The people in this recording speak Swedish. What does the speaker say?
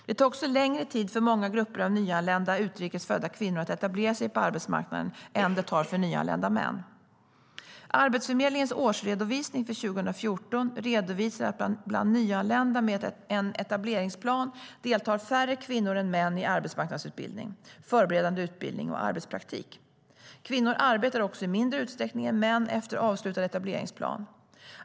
Det tar också längre tid för många grupper av nyanlända utrikes födda kvinnor att etablera sig på arbetsmarknaden än det tar för nyanlända män. Arbetsförmedlingens årsredovisning för 2014 redovisar att bland nyanlända med en etableringsplan deltar färre kvinnor än män i arbetsmarknadsutbildning, förberedande utbildning och arbetspraktik. Kvinnor arbetar också i mindre utsträckning än män efter avslutad etableringsplan.